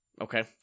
Okay